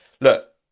look